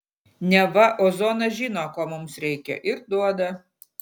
neva ozonas žino ko mums reikia ir duoda